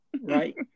right